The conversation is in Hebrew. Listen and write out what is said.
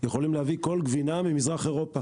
יכולים להביא כל גבינה ממזרח אירופה